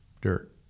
dirt